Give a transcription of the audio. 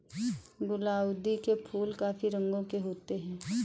गुलाउदी के फूल काफी रंगों के होते हैं